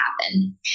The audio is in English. happen